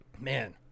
man